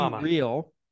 Real